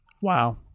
Wow